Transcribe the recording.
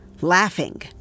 Laughing